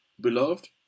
beloved